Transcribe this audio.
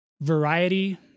Variety